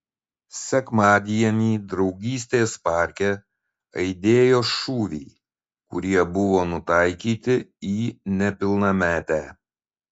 sekmadienį draugystės parke aidėjo šūviai kurie buvo nutaikyti į nepilnametę